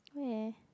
where